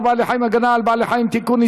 בעלי חיים (הגנה על בעלי חיים) (תיקון,